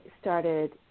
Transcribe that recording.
started